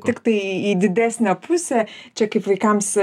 tiktai į didesnę pusę čia kaip vaikams